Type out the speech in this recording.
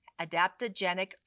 adaptogenic